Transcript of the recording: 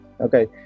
Okay